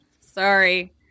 sorry